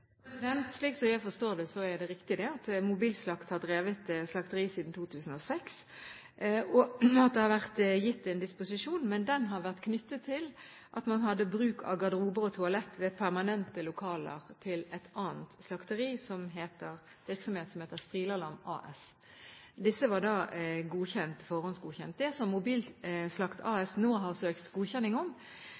Slik som jeg forstår det, er det riktig at Mobilslakt AS har drevet slakteri siden 2006, og at det har vært gitt en dispensasjon. Men den har vært knyttet til at man hadde bruk av garderober og toalett i permanente lokaler hos et annet slakteri, en virksomhet som heter Strilalam BA. Disse var forhåndsgodkjent. Det som Mobilslakt AS nå har